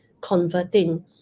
converting